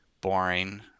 boring